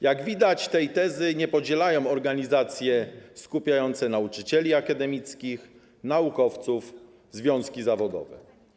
Jak widać, tej tezy nie podzielają organizacje skupiające nauczycieli akademickich, naukowców, związki zawodowe.